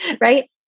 right